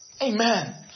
Amen